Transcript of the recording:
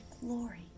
glory